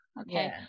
okay